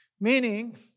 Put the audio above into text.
Meaning